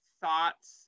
thoughts